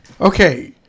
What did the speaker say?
okay